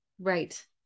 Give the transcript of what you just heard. right